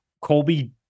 Colby